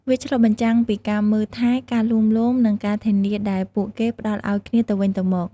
វាឆ្លុះបញ្ចាំងពីការមើលថែ ការលួងលោម និងការធានាដែលពួកគេផ្តល់ឲ្យគ្នាទៅវិញទៅមក។